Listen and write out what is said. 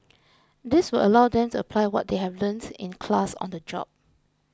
this will allow them to apply what they have learnt in class on the job